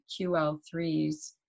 QL3s